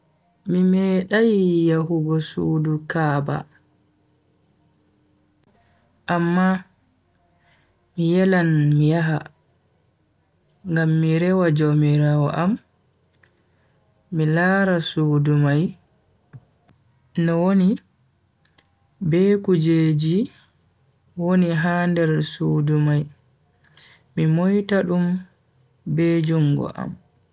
Mi medai yahugo sudu ka'aba. amma mi yelan mi yaha ngam mi rewa jaumiraawo am mi lara sudu mai no woni be kujeji woni ha nder sudu mai mi moita dum be jungo am.